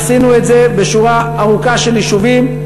עשינו את זה בשורה ארוכה של יישובים,